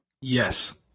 Yes